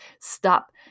stop